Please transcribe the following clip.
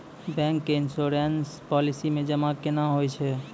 Bank के insurance policy मे जमा केना होय छै?